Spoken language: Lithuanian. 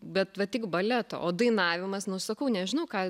bet va tik baleto o dainavimas nu sakau nežinau ką